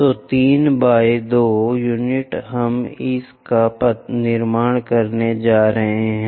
तो 3 by 2 unit हम इसका निर्माण करने जा रहे हैं